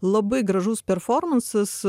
labai gražus performansas